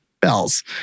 bells